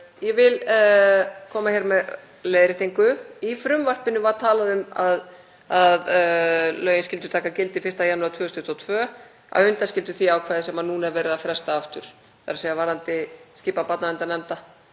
Ég vil koma hér með leiðréttingu. Í frumvarpinu var talað um að lögin skyldu taka gildi 1. janúar 2022 að undanskildu því ákvæði sem núna er verið að fresta aftur, þ.e. varðandi skipan barnaverndarnefnda